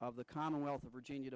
of the commonwealth of virginia